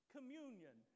Communion